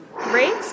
Great